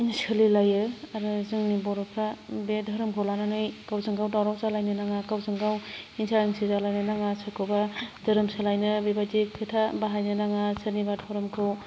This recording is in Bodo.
सोलिलायो आरो जोंनि बर'फ्रा बे धोरोमखौ लानानै गावजों गाव दावराव जालायनो नाङा गावजों गाव हिंसा हिंसि जालायनो नाङा सोरखौबा धोरोम सोलायनो बेबायदि खोथा बाहायनो नाङा सोरनिबा धोरोमखौ